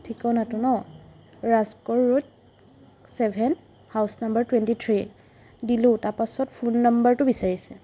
ঠিকনাটো ন Rajgarh road seven house number twenty three দিলোঁ তাৰপাছত ফোন নাম্বাৰটো বিচাৰিছে